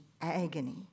agony